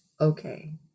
okay